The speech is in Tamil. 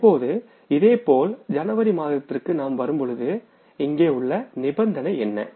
இப்போது இதேபோல் ஜனவரி மாதத்திற்கு நாம் வரும்பொழுது இங்கே உள்ள நிபந்தனை என்ன